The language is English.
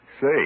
Say